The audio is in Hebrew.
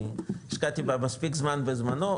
השקעתי בה מספיק זמן בזמנו,